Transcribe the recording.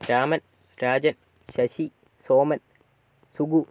Raman Rajan Sasi Soman Sugu